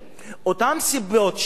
אותן סיבות שפירט,